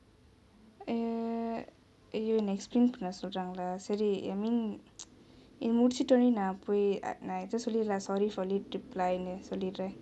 err !aiyo! என்ன:enna explain பண்ண சொல்றாங்களே சரி:panna soldrangale sari I mean இது முடிச்சுட்டோனே நா போய் நா:ithu mudichutonae naa poi naa just சொல்லிறீர்ரே:sollireerae sorry for late reply னு சொல்லிடுரே:nu sollidurae